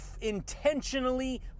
intentionally